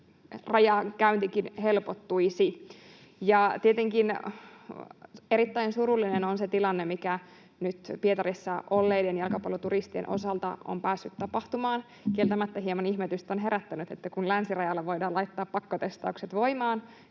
rajankäyntikin helpottuisi. Tietenkin erittäin surullinen on se tilanne, mikä nyt Pietarissa olleiden jalkapalloturistien osalta on päässyt tapahtumaan. Kieltämättä hieman ihmetystä on herättänyt, että kun länsirajalla voidaan laittaa pakkotestaukset voimaan,